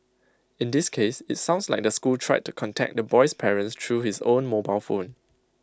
in this case IT sounds like the school tried to contact the boy's parents through his own mobile phone